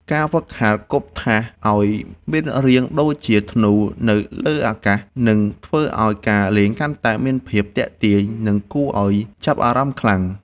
ការហ្វឹកហាត់គប់ថាសឱ្យមានរាងដូចជាធ្នូនៅលើអាកាសនឹងធ្វើឱ្យការលេងកាន់តែមានភាពទាក់ទាញ និងគួរឱ្យចាប់អារម្មណ៍ខ្លាំង។